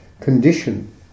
condition